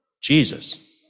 Jesus